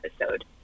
episode